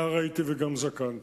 נער הייתי וגם זקנתי,